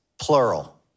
plural